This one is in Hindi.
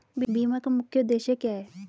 बीमा का मुख्य उद्देश्य क्या है?